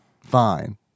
fine